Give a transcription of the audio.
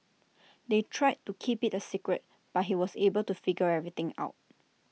they tried to keep IT A secret but he was able to figure everything out